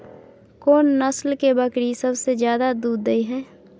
कोन नस्ल के बकरी सबसे ज्यादा दूध दय हय?